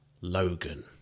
Logan